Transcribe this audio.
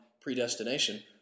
predestination